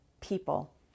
people